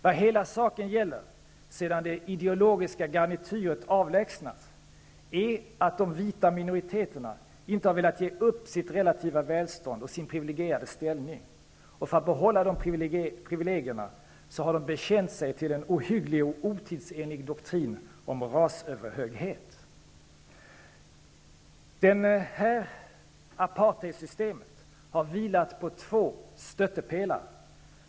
Vad hela saken gäller, sedan det ideologiska garnityret avlägsnats, är att de vita minoriteterna inte har velat ge upp sitt relativa välstånd och sin privilegierade ställning. För att behålla dessa privilegier har de bekänt sig till en ohygglig och otidsenlig doktrin om rasöverhöghet. Apartheidsystemet har vilat på två stöttepelare.